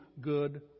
good